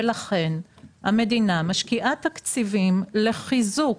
המדינה משקיעה תקציבים לחיזוק